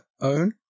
own